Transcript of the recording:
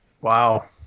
Wow